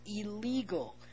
illegal